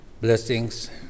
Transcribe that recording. Blessings